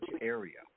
area